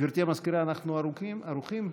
גברתי המזכירה, אנחנו ערוכים?